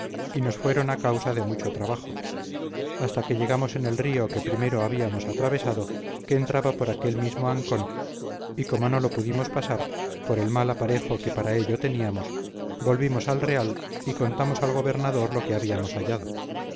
y nos fueron a causa de mucho trabajo hasta que llegamos en el río que primero habíamos atravesado que entraba por aquel mismo ancón y como no lo pudimos pasar por el mal aparejo que para ello teníamos volvimos al real y contamos al gobernador lo que habíamos hallado